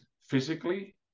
physically